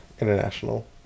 international